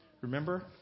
Remember